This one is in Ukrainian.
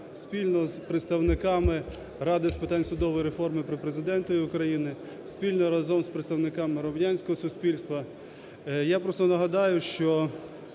спільно з представниками Ради з питань судової реформи при Президентові України, спільно разом з представниками громадянського суспільства. Я просто нагадаю, що